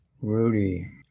Rudy